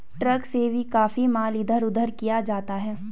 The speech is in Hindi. ट्रक से भी काफी माल इधर उधर किया जाता है